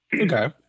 okay